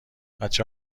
بچه